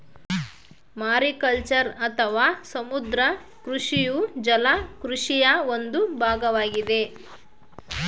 mariculture ಅಥವಾ ಸಮುದ್ರ ಕೃಷಿಯು ಜಲ ಕೃಷಿಯ ಒಂದು ಭಾಗವಾಗಿದೆ